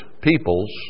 peoples